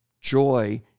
joy